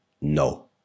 No